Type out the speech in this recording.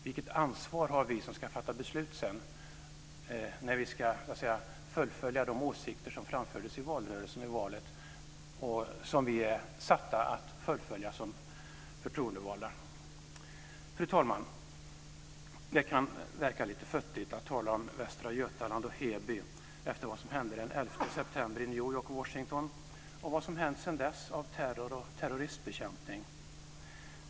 Vilket ansvar har vi som ska fatta beslut sedan när vi ska fullfölja de åsikter som framfördes i valrörelsen och i valet och som vi är satta att fullfölja som förtroendevalda? Fru talman! Det kan verka lite futtigt att tala om 11 september i New York och Washington och vad som har hänt sedan dess av terror och terroristbekämpning.